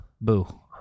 Boo